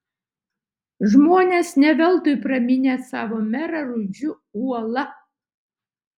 žmonės ne veltui praminė savo merą rudžiu uola